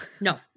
No